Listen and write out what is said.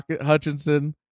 hutchinson